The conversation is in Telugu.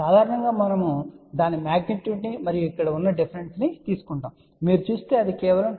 సాధారణంగా మనము దాని మ్యాగ్నెట్యుడ్ ని మరియు ఇక్కడ ఉన్న డిఫరెన్స్ ని తీసుకుంటాము మీరు చూస్తే అది కేవలం 2